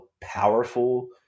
powerful